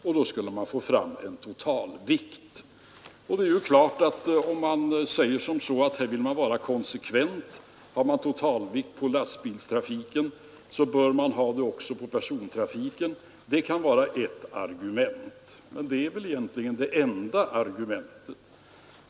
Då skulle man få fram en totalvikt. Om man vill vara konsekvent kan man naturligtvis säga att har man totalvikt för lastbilstrafiken bör man ha det också för personbilstrafiken. Det kan vara ett argument — men det är väl egentligen det enda argumentet.